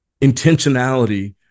intentionality